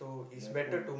definitely